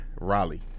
Raleigh